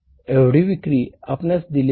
एवढी विक्री आपणास दिलेली आहे